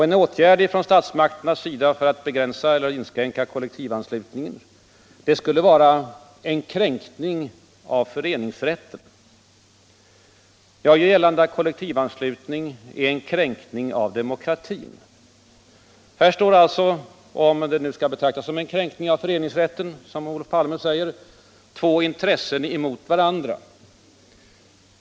En åtgärd från statsmakternas sida för att begränsa eller inskränka kollektivanslutningen skulle vara en kränkning av föreningsrätten. Jag gör gällande att kollektivanslutningen utgör en kränkning av demokratin. Här står alltså — om förbud mot kollektivanslutning verkligen skall kunna betraktas som en kränkning av föreningsrätten, som Olof Palme säger — två intressen mot varandra.